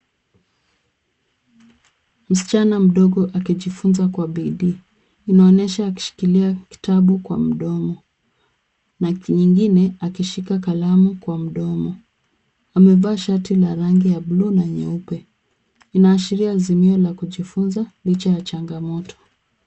Msichana mdogo akijifunza kwa bidii. Inaonyesha akishikilia kitabu kwa mdomo na kingine akishika kalamu kwa mdomo. Amevaa shati la rangi ya buluu na nyeupe. Inaashiria azimio la kujifunza licha ya changamoto.